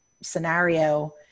scenario